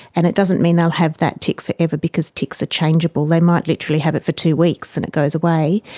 and it doesn't mean they will have that tic forever because tics are changeable. they might literally have it for two weeks and it goes away.